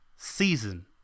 Season